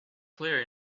clear